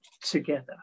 together